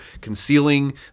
concealing